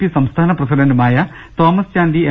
P സംസ്ഥാന പ്രസിഡന്റുമായ Thomas Chandy M